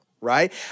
right